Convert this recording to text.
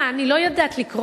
מה, אני לא יודעת לקרוא?